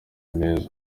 meza